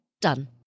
Done